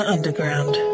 underground